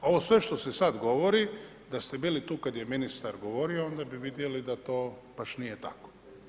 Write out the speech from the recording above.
Ovo sve što se sada govori, da ste bili tu kada je ministar govorio, onda bi vidjeli da to baš nije tako.